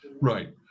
right